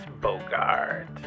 Bogart